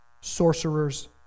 sorcerers